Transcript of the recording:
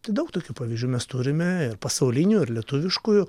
tai daug tokių pavyzdžių mes turime ir pasaulinių ir lietuviškųjų